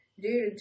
Dude